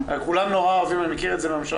אני מכיר את זה מהממשלה,